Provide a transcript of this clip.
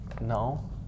No